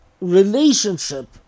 relationship